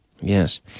Yes